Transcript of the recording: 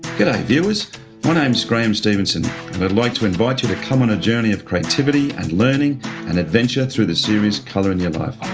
viewers my name's graeme stevenson, and i'd like to invite you to come on a journey of creativity and learning and adventure through the series colour in your life.